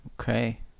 Okay